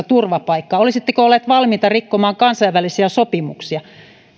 turvapaikkaa olisitteko olleet valmiita rikkomaan kansainvälisiä sopimuksia